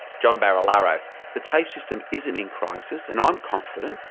john barilaro the tafe system isn't in crisis, and i'm confident,